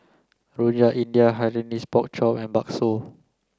Rojak India Hainanese Pork Chop and Bakso